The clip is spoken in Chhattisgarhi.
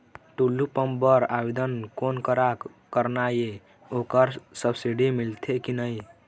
टुल्लू पंप बर आवेदन कोन करा करना ये ओकर सब्सिडी मिलथे की नई?